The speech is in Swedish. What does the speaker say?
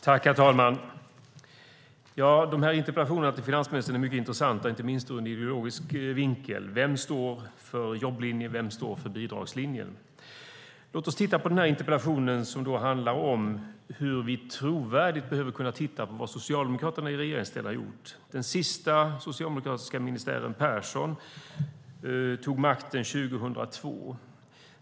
Herr talman! Interpellationerna till finansministern är mycket intressanta, inte minst ur en ideologisk vinkel. Vem står för jobblinjen? Vem står för bidragslinjen? Låt oss se på interpellationen som handlar om hur vi på ett trovärdigt sätt kan titta på vad Socialdemokraterna har gjort i regeringsställning. Den sista socialdemokratiska ministären Persson tog makten 2002.